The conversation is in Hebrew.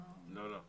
לא.